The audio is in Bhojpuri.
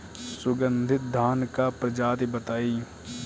सुगन्धित धान क प्रजाति बताई?